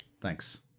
Thanks